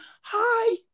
Hi